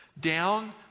down